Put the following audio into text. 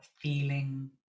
feeling